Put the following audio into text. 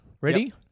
Ready